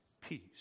Peace